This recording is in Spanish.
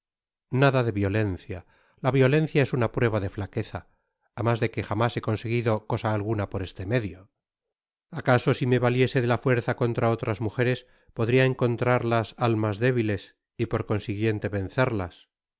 nada de violencia la violencia es una prueba de flaqueza á mas de que jamás he conseguido cosa alguna por este medio acaso si me valiese de la fuerza contra oiras mujeres podria encontrarlas aun mas débiles y por consiguiente vencerlas